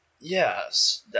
Yes